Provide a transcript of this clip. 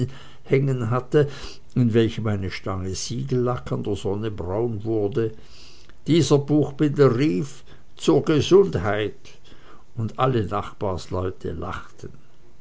hängen hatte in welchem eine stange siegellack an der sonne krumm wurde dieser buchbinder rief zur gesundheit und alle nachbarsleute lachten